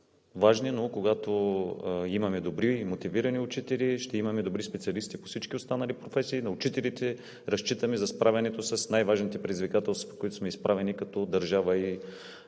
но когато имаме добри, мотивирани учители, ще имаме добри специалисти по всички останали професии. На учителите разчитаме за справянето с най-важните предизвикателства, пред които сме изправени като държава и